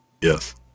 Yes